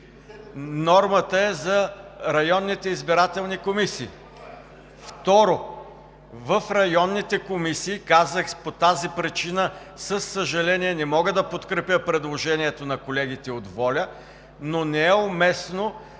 нормата е за районните избирателни комисии.